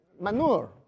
manure